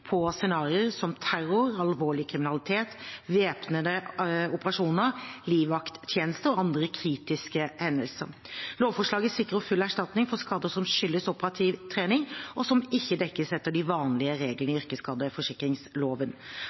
på scenarioer som terror, alvorlig kriminalitet, væpnede operasjoner, livvakttjeneste og andre kritiske hendelser. Lovforslaget sikrer full erstatning for skader som skyldes operativ trening, og som ikke dekkes etter de vanlige reglene i yrkesskadeforsikringsloven.